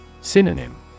Synonym